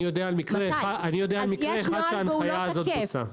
אני יודע על מקרה אחד שההנחיה הזאת בוצעה.